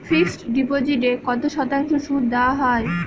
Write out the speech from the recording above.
Fixed ডিপোজিটে কত শতাংশ সুদ দেওয়া হয়?